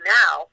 now